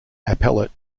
appellate